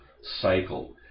cycle